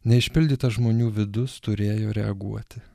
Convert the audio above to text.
neišpildytas žmonių vidus turėjo reaguoti